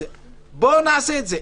בואו נעשה את זה.